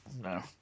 No